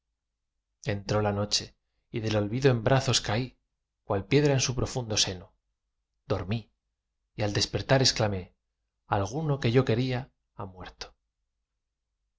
entró la noche y del olvido en brazos caí cual piedra en su profundo seno dormí y al despertar exclamé alguno que yo quería ha muerto